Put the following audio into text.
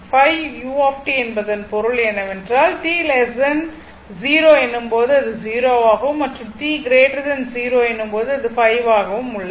5 u என்பதன் பொருள் என்னவென்றால் t 0 எனும் போது அது 0 ஆகவும் மற்றும் t 0 எனும் போது அது 5 ஆகவும் உள்ளது